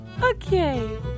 Okay